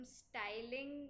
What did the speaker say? styling